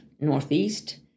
Northeast